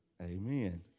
Amen